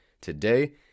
Today